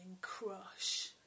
crush